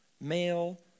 male